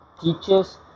teachers